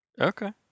Okay